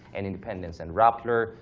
and independence and rupture,